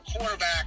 quarterback